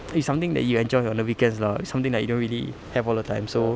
it's something that you enjoy on the weekends lah something like you don't really have all the time so